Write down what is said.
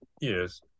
Yes